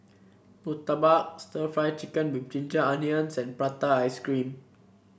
Murtabak stir Fry Chicken with Ginger Onions and Prata Ice Cream